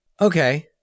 Okay